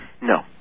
No